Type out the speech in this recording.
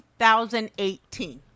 2018